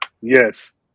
yes